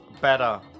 better